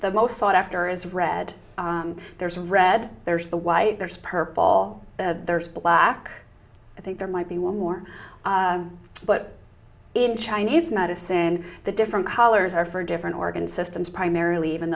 the most sought after is red there's red there's the white there's purple there's black i think there might be one more but in chinese medicine the different colors are for different organ systems primarily even